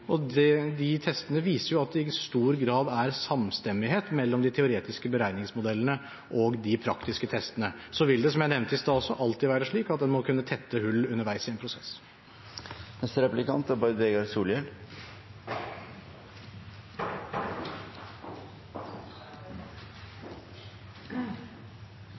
og de testene viser at det i stor grad er samstemmighet mellom de teoretiske beregningsmodellene og de praktiske testene. Så vil det, som jeg nevnte i sted også, alltid være slik at en må kunne tette hull underveis i en prosess.